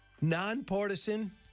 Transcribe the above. nonpartisan